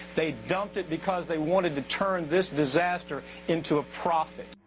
they dumped it because they wanted to turn this disaster into a profit.